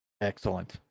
Excellent